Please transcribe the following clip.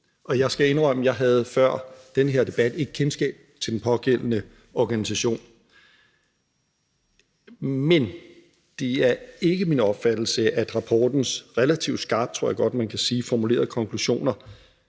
og jeg skal indrømme, at jeg før den her debat ikke havde kendskab til den pågældende organisation. Men det er ikke min opfattelse, at rapportens relativt skarpt, tror jeg godt man kan sige, formulerede konklusioner